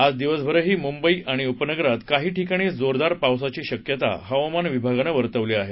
आज दिवसभरही मुंबई आणि उपनगरात काही ठिकाणी जोरदार पावसाची शक्यता हवामान विभागानं वर्तवली आहे